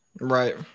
Right